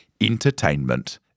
entertainment